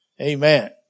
Amen